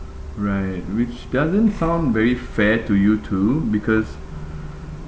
right which doesn't sound very fair to you too because